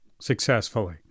Successfully